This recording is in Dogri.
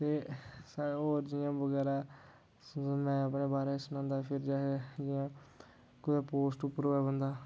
ते सा होर जि'यां बगैरा मैं अपने बारै च सनांदा जि'यां कुतै पोस्ट उप्पर होऐ बन्दा